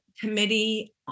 committee